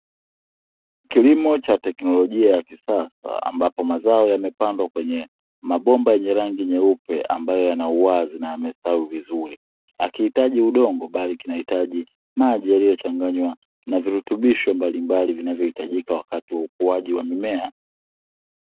Kilimo cha teknolojia ya kisasa, ambapo mazao yamepandwa kwenye mabomba yenye rangi nyeupe ambayo yana uwazi na yamestawi vizuri. Akihitaji udongo bali kinahitaji maji yaliyochanganywa na virutubisho mbalimbali vinavyohitajika wakati wa ukuaji wa mimea.